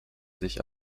sich